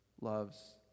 loves